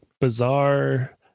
bizarre